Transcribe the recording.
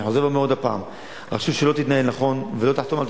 אני חוזר ואומר עוד פעם: רשות שלא תתנהל נכון ולא תחתום על